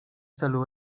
celu